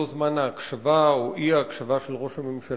לא זמן ההקשבה או האי-הקשבה של ראש הממשלה,